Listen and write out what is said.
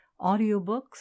audiobooks